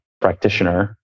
practitioner